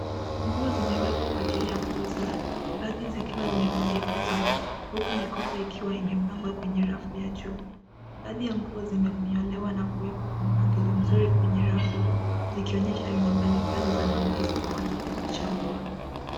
Nguo zimewekwa kwa ajili ya kuuza baadhi zikiwa zimepandikizwa huku mikoba ikiwa imepangwa katika rafu ya juu. Baadhi ya nguo zimetolewa na kuwekwa kwenye mpangilio mzuri kwenye rafu zikionyesha aina mbalimbali za mavazi kwa wateja kuchagua.